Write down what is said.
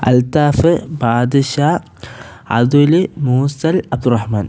Althaf Badusha Athul Moosal Abdurahman